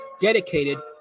dedicated